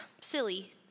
silly